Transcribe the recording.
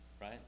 Right